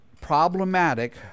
problematic